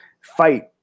fight